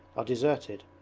are deserted,